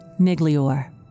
Miglior